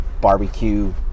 barbecue